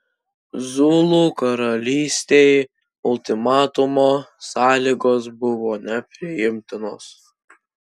zulų karalystei ultimatumo sąlygos buvo nepriimtinos